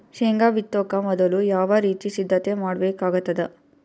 ಶೇಂಗಾ ಬಿತ್ತೊಕ ಮೊದಲು ಯಾವ ರೀತಿ ಸಿದ್ಧತೆ ಮಾಡ್ಬೇಕಾಗತದ?